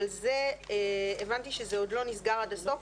אבל זה עוד לא נסגר עד הסוף,